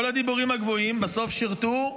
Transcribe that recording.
כל הדיבורים הגבוהים, בסוף שירתו,